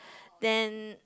then